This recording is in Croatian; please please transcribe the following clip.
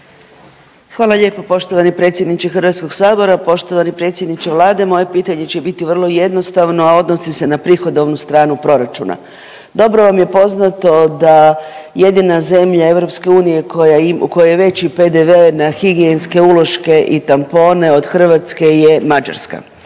Hvala lijepo poštovani predsjedniče HS. Poštovani predsjedniče vlade, moje pitanje će biti vrlo jednostavno, a odnosi se na prihodovnu stranu proračuna. Dobro vam je poznato da jedina zemlja EU u kojoj je veći PDV na higijenske uloške i tampone od Hrvatske je Mađarska.